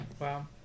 Wow